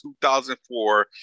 2004